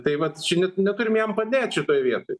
tai vat čia ne neturim jam padėt šitoj vietoj